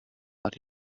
but